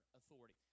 authority